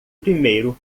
primeiro